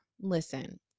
listen